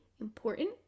important